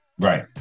Right